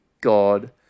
God